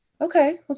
okay